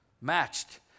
matched